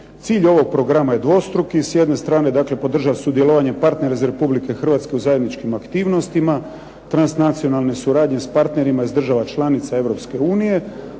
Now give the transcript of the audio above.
Cilj ovog programa je dvostruki, s jedne strane dakle podržati sudjelovanje partnera iz Republike Hrvatske u zajedničkim aktivnosti, transnacionalne suradnje s partnerima iz država članica